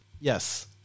Yes